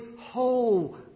whole